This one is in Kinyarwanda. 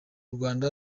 rwanda